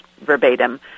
verbatim